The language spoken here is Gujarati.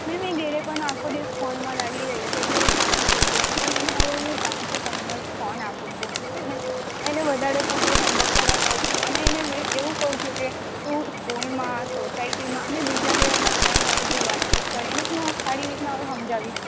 મેમ એ ઘેરે પણ આખો દિવસ ફોનમાં લાગી રહે છે એટલે એ શાંત થઈ ગયો છે પણ એને હવે હું ટાઇમ ટુ ટાઇમ જ ફોન આપું છું અને એને વધારે પૂરતું હોમવર્ક કરવા કહું છું અને એને એવુ કહું છું કે તું સ્કૂલમાં સોસાયટીમાં અને બીજા લેવલના ફ્રેન્ડ હાટુ તું વાત ચિત કર એને હુ હવે સારી રીતનાં સમજાવીશ